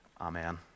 Amen